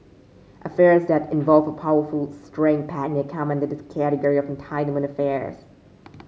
affairs that involve a powerful straying partner come under the category of entitlement affairs